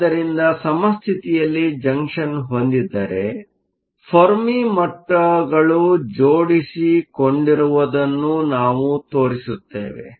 ಆದ್ದರಿಂದ ಸಮಸ್ಥಿತಿಯಲ್ಲಿ ಜಂಕ್ಷನ್ ಹೊಂದಿದ್ದರೆ ಫೆರ್ಮಿ ಮಟ್ಟಗಳು ಜೊಡಿಸಿಕೊಂಡಿರುವುದನ್ನು ನಾವು ತೋರಿಸುತ್ತೇವೆ